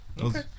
Okay